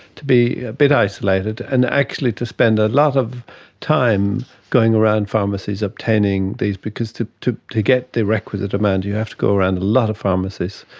to be a bit isolated, and actually to spend a lot of time going around pharmacies obtaining these because to to get the requisite amount you have to go around a lot of pharmacists.